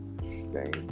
stay